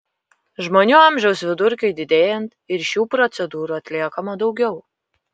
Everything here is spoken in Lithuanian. žmonių amžiaus vidurkiui didėjant ir šių procedūrų atliekama daugiau